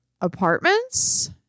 apartments